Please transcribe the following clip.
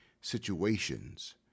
situations